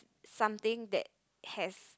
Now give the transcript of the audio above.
something that has